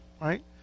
right